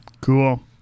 Cool